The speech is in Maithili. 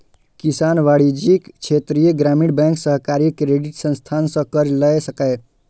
किसान वाणिज्यिक, क्षेत्रीय ग्रामीण बैंक, सहकारी क्रेडिट संस्थान सं कर्ज लए सकैए